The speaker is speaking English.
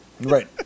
Right